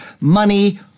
money